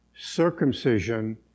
circumcision